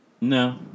No